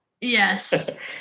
Yes